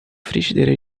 frigideira